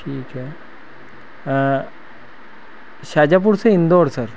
ठीक है शाहजहाँपुर से इंदौर सर